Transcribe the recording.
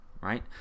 right